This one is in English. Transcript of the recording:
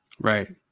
Right